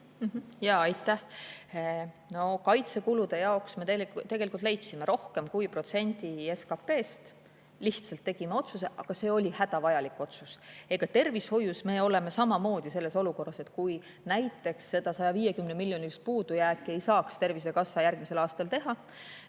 Aitäh! Kaitsekulude jaoks me tegelikult leidsime rohkem kui protsendi SKP‑st. Lihtsalt tegime otsuse, aga see oli hädavajalik otsus. Tervishoius me oleme samamoodi sellises olukorras. Kui näiteks seda 150-miljonilist puudujääki ei saaks Tervisekassa järgmisel aastal teha,